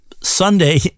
Sunday